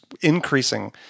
increasing